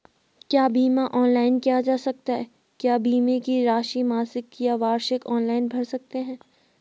क्या बीमा ऑनलाइन किया जा सकता है क्या बीमे की राशि मासिक या वार्षिक ऑनलाइन भर सकते हैं?